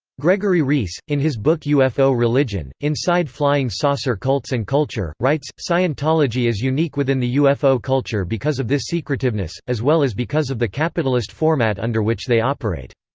gregory reece, in his book ufo religion inside flying saucer cults and culture, writes scientology is unique within the ufo culture because of this secretiveness, as well as because of the capitalist format under which they operate.